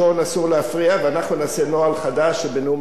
ואנחנו נעשה נוהל חדש שבנאום אחרון אסור להפריע,